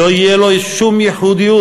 לא תהיה לו שום ייחודיות,